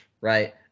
right